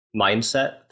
mindset